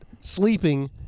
sleeping